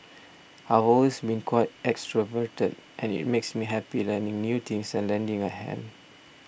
I've always been quite extroverted and it makes me happy learning new things and lending a hand